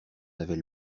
n’avait